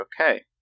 okay